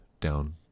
down